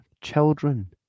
children